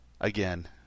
Again